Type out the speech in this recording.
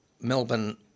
Melbourne –